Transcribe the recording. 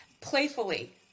playfully